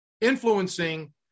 influencing